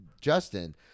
Justin